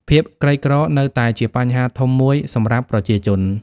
ភាពក្រីក្រនៅតែជាបញ្ហាធំមួយសម្រាប់ប្រជាជន។